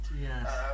Yes